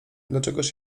dlaczegóż